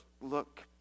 look